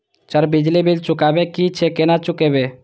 Sir बिजली bill चुकाबे की छे केना चुकेबे?